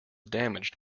damaged